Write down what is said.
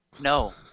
no